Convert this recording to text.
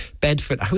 Bedford